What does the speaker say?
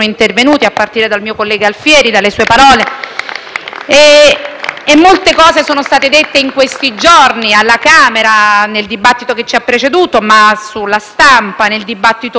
E molte cose sono state dette in questi giorni alla Camera, nel dibattito che ci ha preceduto, e anche sulla stampa, nel dibattito pubblico. Sarebbe quindi forse davvero superfluo